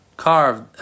carved